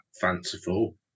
fanciful